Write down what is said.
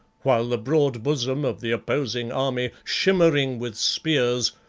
while the broad bosom of the opposing army, shimmering with spears,